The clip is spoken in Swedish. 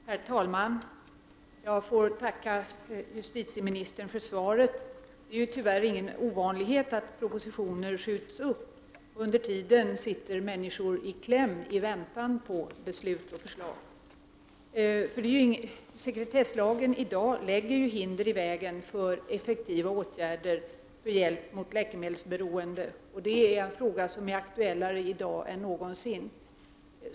Herr talman! Jag ber att få tacka justitieministern för svaret. Det är tyvärr ingen ovanlighet att propositioner skjuts upp, och under tiden sitter människor i kläm, i väntan på beslut och förslag. Sekretesslagen lägger i dag hinder i vägen för effektiva åtgärder för hjälp mot läkemedelsberoende, och denna fråga är därför i dag aktuellare än någonsin.